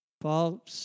Paul